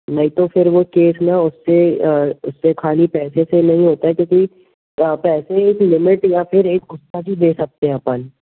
नहीं तो फिर वह केस ना उससे उससे ख़ाली पैसे से नहीं होता है क्योंकि पैसे एक लिमिट या फिर एक दे सकते हैं अपन